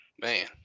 Man